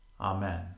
Amen